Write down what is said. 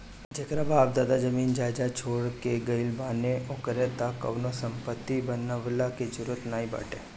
जेकर बाप दादा जमीन जायदाद छोड़ के गईल बाने ओके त कवनो संपत्ति बनवला के जरुरत नाइ बाटे